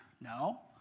No